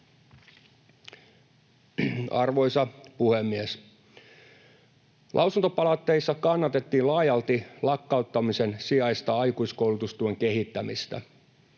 Arvoisa puhemies! Lausuntopalautteissa kannatettiin laajalti lakkauttamisen sijasta aikuiskoulutustuen kehittämistä.